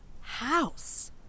House